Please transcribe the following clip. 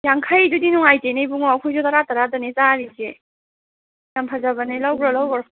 ꯌꯥꯡꯈꯩꯗꯨꯗꯤ ꯅꯨꯡꯉꯥꯏꯇꯦꯅꯦ ꯏꯕꯨꯡꯉꯣ ꯑꯩꯈꯣꯏꯁꯨ ꯇꯔꯥ ꯇꯔꯥꯇꯅꯦ ꯆꯥꯔꯤꯁꯦ ꯌꯥꯝꯅ ꯐꯖꯕꯅꯦ ꯂꯧꯈ꯭ꯔꯣ ꯂꯧꯈ꯭ꯔꯣ